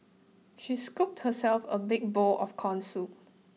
she scooped herself a big bowl of corn soup